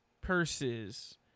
purses